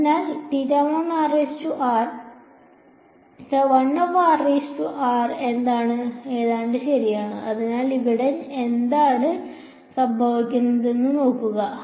അതിനാൽ ഏതാണ്ട് ശരിയാണ് അതിനാൽ ഇവിടെ എന്താണ് സംഭവിക്കുന്നതെന്ന് നോക്കുക